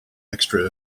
extra